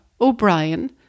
O'Brien